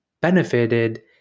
benefited